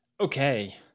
Okay